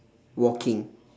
walking